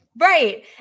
Right